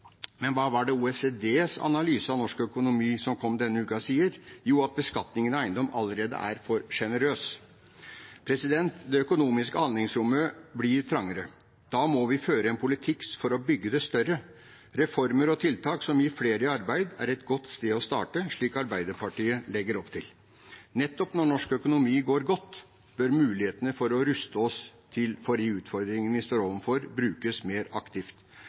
Hva er det OECDs analyse av norsk økonomi som kom denne uka, sier? – Jo, at beskatningen av eiendom allerede er for generøs. Det økonomiske handlingsrommet blir trangere. Da må vi føre en politikk for å bygge det større. Reformer og tiltak som gir flere i arbeid, er et godt sted å starte, slik Arbeiderpartiet legger opp til. Nettopp når norsk økonomi går godt, bør mulighetene for å ruste oss for de utfordringene vi står overfor, brukes mer aktivt.